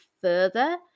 further